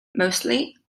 mostly